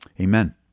amen